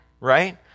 Right